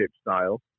style